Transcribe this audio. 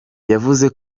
yavuze